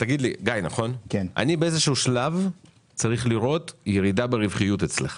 אני באיזשהו שלב צריך לראות אצלך